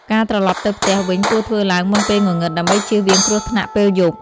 ការត្រឡប់ទៅផ្ទះ វិញគួរធ្វើឡើងមុនពេលងងឹត ដើម្បីជៀសវាងគ្រោះថ្នាក់ពេលយប់។